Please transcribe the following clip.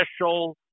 special